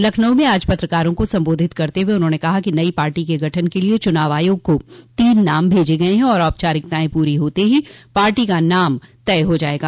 लखनऊ में आज पत्रकारों को संबोधित करते हुए उन्होंने कहा कि नई पार्टी के गठन के लिए चुनाव आयोग को तीन नाम भेजे गये हैं और औपचारिकतायें पूरी होते ही पार्टी का नाम तय हो जायेगा